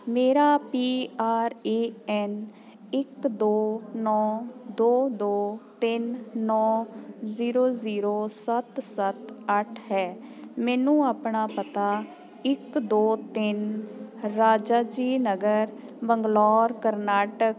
ਮੇਰਾ P R A N ਇੱਕ ਦੋ ਨੌਂ ਦੋ ਦੋ ਤਿੰਨ ਨੌਂ ਜੀਰੋ ਜੀਰੋ ਸੱਤ ਸੱਤ ਅੱਠ ਹੈ ਮੈਨੂੰ ਆਪਣਾ ਪਤਾ ਇੱਕ ਦੋੋ ਤਿੰਨ ਰਾਜਾ ਜੀ ਨਗਰ ਬੰਗਲੌਰ ਕਰਨਾਟਕ